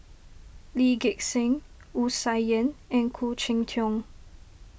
Lee Gek Seng Wu Tsai Yen and Khoo Cheng Tiong